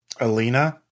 Alina